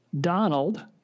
Donald